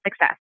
success